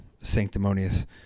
sanctimonious